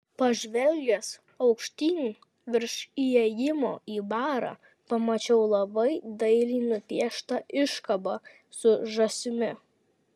pažvelgęs aukštyn virš įėjimo į barą pamačiau labai dailiai nupieštą iškabą su žąsimi